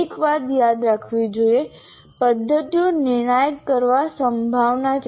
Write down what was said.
એક વાત યાદ રાખવી જોઈએ પદ્ધતિઓ નિર્ણાયક કરતાં સંભાવના છે